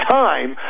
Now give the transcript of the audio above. time